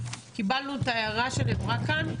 קיבלנו את ההערה שנאמרה כאן,